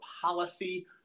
policy